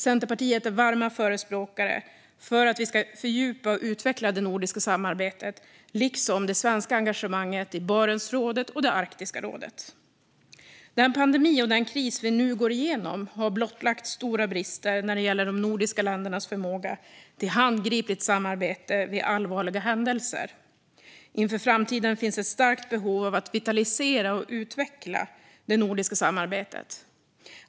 Centerpartiet är varm förespråkare för att vi ska fördjupa och utveckla det nordiska samarbetet liksom för det svenska engagemanget i Barentsrådet och Arktiska rådet. Den pandemi och kris som vi nu går igenom har blottlagt stora brister när det gäller de nordiska ländernas förmåga till handgripligt samarbete vid allvarliga händelser. Inför framtiden finns ett starkt behov av att vitalisera och utveckla det nordiska samarbetet.